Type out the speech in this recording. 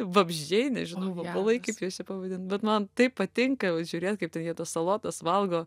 vabzdžiai nežinau vabalai kaip juos čia pavadint bet man taip patinka į juos žiūrėt kaip ten jie tas salotas valgo